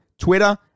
Twitter